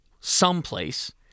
someplace